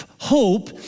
Hope